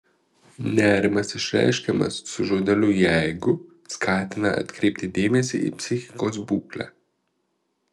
nerimas išreiškiamas su žodeliu jeigu skatina atkreipti dėmesį į psichikos būklę